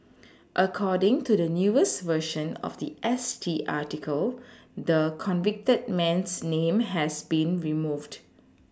according to the newest version of the S T article the convicted man's name has been removed